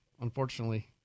unfortunately